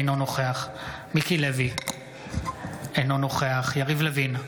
אינו נוכח מיקי לוי, אינו נוכח יריב לוין,